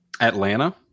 Atlanta